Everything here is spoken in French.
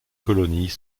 colonies